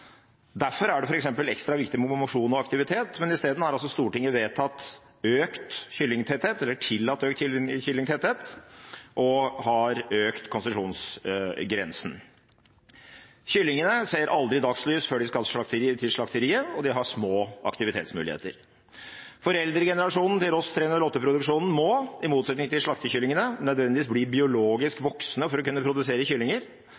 Derfor er det ekstra viktig med mosjon og aktivitet. I stedet har altså Stortinget tillatt økt kyllingtetthet og har økt konsesjonsgrensen. Kyllingene ser aldri dagslys før de skal til slakteriet, og de har små aktivitetsmuligheter. Foreldregenerasjonen til Ross 308-produksjonen må – i motsetning til slaktekyllingene – nødvendigvis bli biologisk